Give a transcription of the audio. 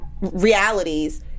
realities